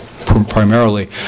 primarily